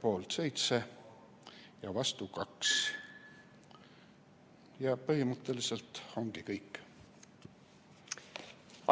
poolt oli 7 ja vastu 2. Põhimõtteliselt ongi kõik.